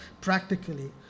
practically